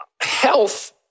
health